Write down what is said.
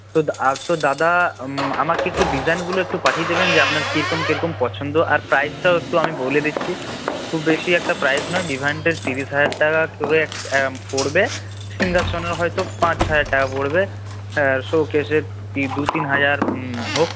তো আর তো দাদা আমাকে একটু ডিজাইনগুলো একটু পাঠিয়ে দেবেন যে আপনার কী রকম কী রকম পছন্দ আর প্রাইজটাও একটু আমি বলে দিচ্ছি খুব বেশী একটা প্রাইজ নয় ডিভানটা তিরিশ হাজার টাকা পড়বে সিংহাসনেও হয়ত পাঁচ ছয় হাজার টাকা পড়বে শোকেসের দু তিন হাজার হোক